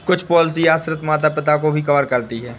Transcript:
कुछ पॉलिसी आश्रित माता पिता को भी कवर करती है